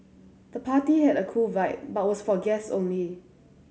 the party had a cool vibe but was for guests only